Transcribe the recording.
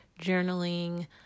journaling